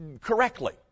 correctly